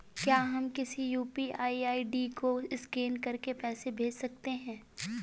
क्या हम किसी यू.पी.आई आई.डी को स्कैन करके पैसे भेज सकते हैं?